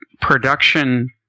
production